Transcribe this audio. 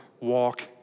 walk